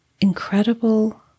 incredible